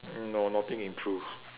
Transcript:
no nothing improve